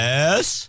Yes